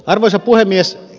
arvoisa puhemies